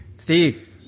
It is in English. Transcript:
Steve